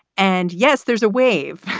and yes, there's a wave,